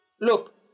look